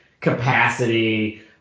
capacity